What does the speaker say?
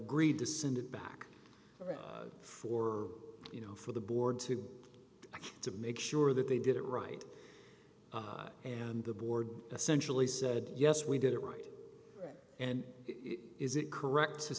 agreed to send it back for you know for the board to to make sure that they did it right and the board essentially said yes we did it right and it is it correct to